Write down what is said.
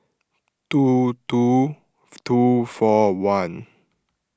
two two two four one